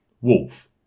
Wolf